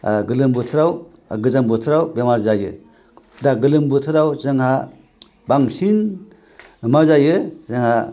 गोलोम बोथोराव गोजां बोथोराव बेमार जायो दा गोलोम बोथोराव जोंहा बांसिन मा जायो जोंहा